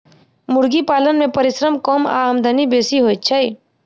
मुर्गी पालन मे परिश्रम कम आ आमदनी बेसी होइत छै